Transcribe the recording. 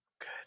Good